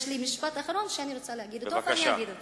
יש לי משפט אחרון שאני רוצה להגיד אותו ואני אגיד אותו.